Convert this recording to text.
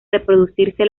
reproducirse